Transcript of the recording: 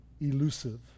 elusive